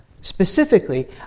Specifically